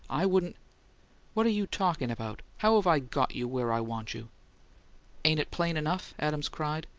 i wouldn't what you talkin' about! how've i got you where i want you ain't it plain enough? adams cried.